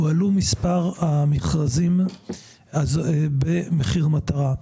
הועלה מספר המכרזים במחיר מטרה.